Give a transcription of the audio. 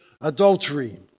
adultery